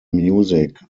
music